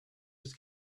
was